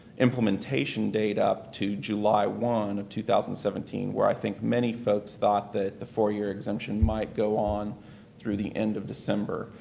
implementation date up to july one of two thousand and seventeen where i think many folks thought that the four-year exemption might go on through the end of december.